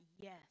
yes